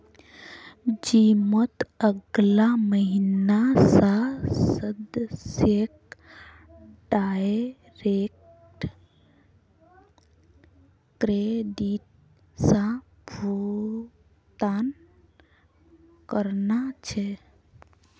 जिमत अगला महीना स सदस्यक डायरेक्ट क्रेडिट स भुक्तान करना छ